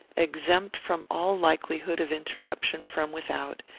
exempt from all likelihood of interruption from without,